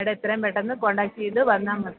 madam എത്രയും പെട്ടെന്ന് contact ചെയ്ത് വന്നാൽ മതി